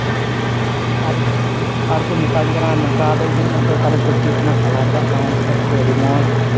ᱟᱨ ᱟᱨᱠᱚ ᱢᱮᱛᱟᱧ ᱠᱟᱱᱟ ᱱᱚᱝᱠᱟ ᱫᱚ ᱤᱱᱟᱹᱜ ᱢᱚᱡᱽ ᱫᱚ ᱚᱠᱟᱨᱮᱢ ᱠᱟᱹᱢᱪᱤᱣ ᱠᱟᱱᱟ ᱠᱟᱞᱟᱨ ᱠᱟᱜ ᱛᱟᱢᱟᱢ ᱵᱚᱦᱚᱜ ᱠᱚ ᱟᱹᱰᱤ ᱢᱚᱡᱽ